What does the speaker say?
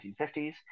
1950s